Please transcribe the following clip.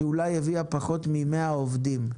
שאולי הביאה פחות מ-100 עובדים.